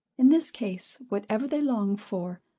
in this case, whatever they long for,